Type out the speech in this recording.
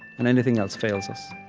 and anything else fails us